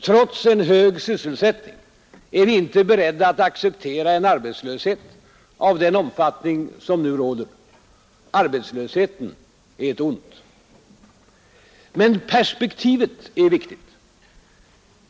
Trots en hög sysselsättning är vi inte beredda att acceptera en arbetslöshet av den omfattning som nu råder. Arbetslösheten är ett ont. Men perspektivet är viktigt.